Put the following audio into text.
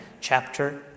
chapter